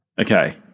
Okay